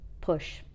push